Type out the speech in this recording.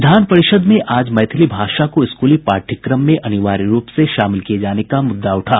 विधान परिषद में आज मैथिली भाषा को स्कूली पाठ्यक्रम में अनिवार्य रूप से शामिल किये जाने का मुद्दा उठा